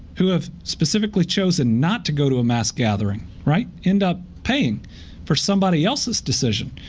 who have specifically chosen not to go to a mass gathering right end up pain for somebody else's decision.